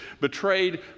betrayed